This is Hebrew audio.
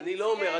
אני לא אומר,